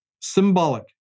Symbolic